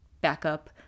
backup